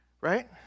right